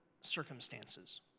circumstances